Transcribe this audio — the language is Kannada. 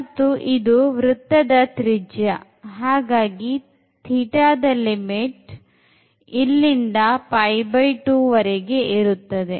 ಮತ್ತುಇದು ಇದು ವೃತ್ತದ ತ್ರಿಜ್ಯ ಹಾಗಾಗಿ ಇಲ್ಲಿ θದ ಲಿಮಿಟ್ ಇಲ್ಲಿಂದ ವರೆಗೂ ಇರುತ್ತದೆ